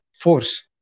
force